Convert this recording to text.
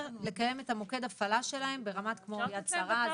לקיים את מוקד ההפעלה שלהם ברמת כמו "יד שרה",